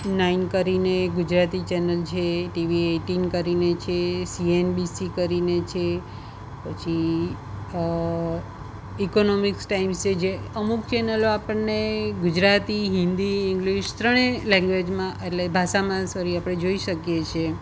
nine કરીને એ Gujarati channel છે ટીવી એટીન કરીને છે સીએનબીસી કરીને છે પછી ઇકોનોમિક્સ ટાઈમ્સ છે જે અમુક ચેનલો આપણને ગુજરાતી હિન્દી ઇંગ્લિશ ત્રણેય લેંગ્વેજમાં એટલે ભાષામાં સોરી આપણે જોઈ શકીએ છીએ